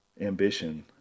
ambition